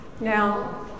now